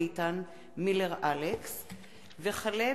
איתן כבל ואלכס מילר,